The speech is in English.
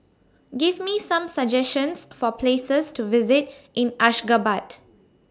Give Me Some suggestions For Places to visit in Ashgabat